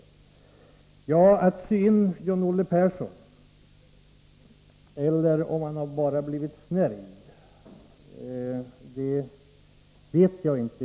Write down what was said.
Om någon har sytt in John-Olle Persson eller om han bara blivit snäll, vet jaginte.